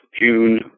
June